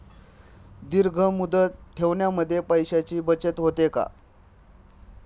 दीर्घ मुदत ठेवीमध्ये पैशांची बचत होते का?